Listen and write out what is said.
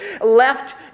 left